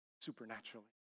supernaturally